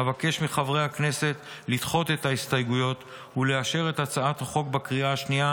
אבקש מחברי הכנסת לדחות את ההסתייגויות ולאשר את הצעת החוק בקריאה השנייה